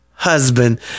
Husband